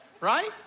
Right